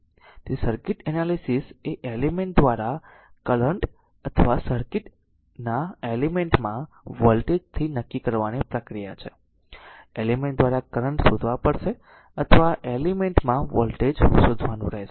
તેથી circuit analysis એ element દ્વારા કરંટ અથવા સર્કિટ ના એલિમેન્ટ માં વોલ્ટેજ થી નક્કી કરવાની પ્રક્રિયા છે એલિમેન્ટ દ્વારા કરંટ શોધવા પડશે અથવા આ એલિમેન્ટ માં વોલ્ટેજ શોધવાનું રહેશે